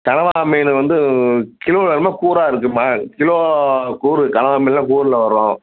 கனவா மீன் வந்து கிலோ வேணுமா கூறாக இருக்கும்மா கிலோ கூறு கனவா மீன்லாம் கூறில் வரும்